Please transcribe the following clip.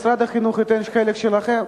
משרד החינוך ייתן את החלק שלו,